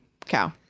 cow